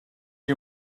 you